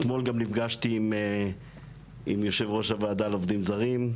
אתמול גם נפגשתי עם יושב ראש הוועדה לעובדים זרים,